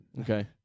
Okay